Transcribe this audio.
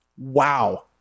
Wow